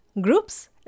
groups